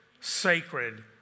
sacred